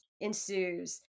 ensues